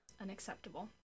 unacceptable